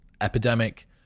epidemic